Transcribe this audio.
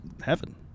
heaven